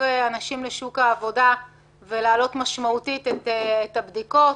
אנשים לשוק העבודה ולהעלות משמעותית את היקף הבדיקות.